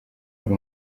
hari